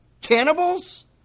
Cannibals